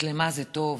מצלמה זה טוב,